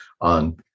on